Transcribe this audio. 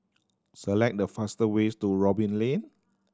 select the faster ways to Robin Lane